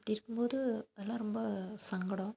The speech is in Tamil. அப்படிருக்கும் போது இதெல்லாம் ரொம்ப சங்கடம்